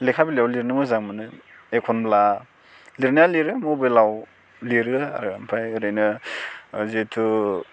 लेखा बिलाइआव लिरनो मोजां मोनो एखनब्ला लिरनाया लिरो मबाइलाव लिरो आरो ओमफ्राय ओरैनो जिहेथु